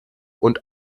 und